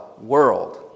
world